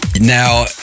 now